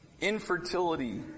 Infertility